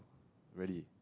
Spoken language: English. really